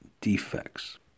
defects